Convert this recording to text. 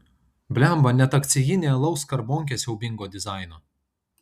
blemba net akcijinė alaus skarbonkė siaubingo dizaino